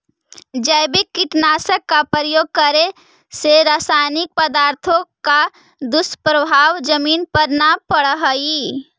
जैविक कीटनाशक का प्रयोग करे से रासायनिक पदार्थों का दुष्प्रभाव जमीन पर न पड़अ हई